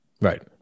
right